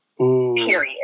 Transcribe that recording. Period